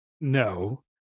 no